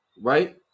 right